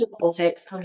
politics